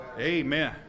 Amen